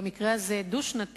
במקרה הזה דו-שנתי,